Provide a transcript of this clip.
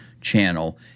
channel